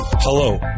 Hello